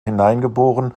hineingeboren